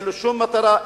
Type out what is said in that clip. אין לו שום מטרה,